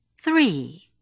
three